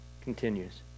continues